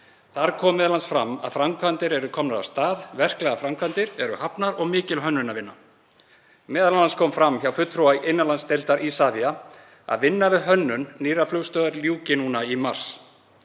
Þar kom m.a. fram að framkvæmdir eru komnar af stað, verklegar framkvæmdir eru hafnar og mikil hönnunarvinna. Það kom m.a. fram hjá fulltrúa innanlandsdeildar Isavia að vinnu við hönnun nýrrar flugstöðvar ljúki núna í mars.